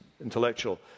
intellectual